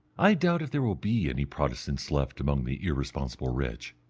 i doubt if there will be any protestants left among the irresponsible rich.